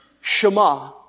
Shema